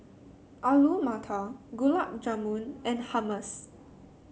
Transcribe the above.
Alu Matar Gulab Jamun and Hummus